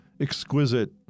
exquisite